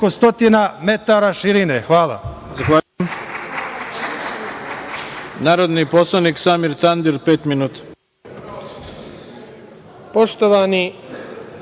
metara širine. Hvala.